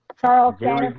Charles